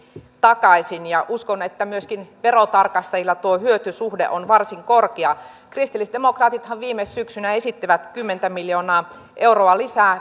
takaisin ja uskon että myöskin verotarkastajilla tuo hyötysuhde on varsin korkea kristillisdemokraatithan viime syksynä esittivät kymmentä miljoonaa euroa lisää